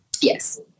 yes